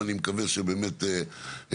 ואני מקווה שזה באמת נעשה.